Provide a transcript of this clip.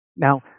Now